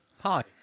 Hi